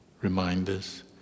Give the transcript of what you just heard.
reminders